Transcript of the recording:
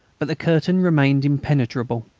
but the curtain remained impenetrable.